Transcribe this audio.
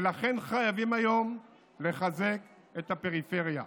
ולכן חייבים היום לחזק את הפריפריה.